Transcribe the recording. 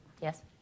Yes